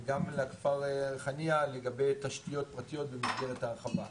וגם לכפר ריחאניה לגבי תשתיות פרטיות במסגרת ההרחבה.